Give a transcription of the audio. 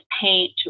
paint